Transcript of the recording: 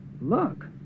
look